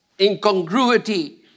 incongruity